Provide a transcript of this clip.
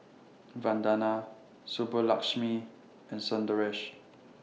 Vandana Subbulakshmi and Sundaresh